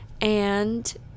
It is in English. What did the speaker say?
and-